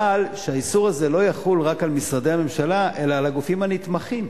אבל שהאיסור הזה לא יחול רק על משרדי הממשלה אלא על הגופים הנתמכים.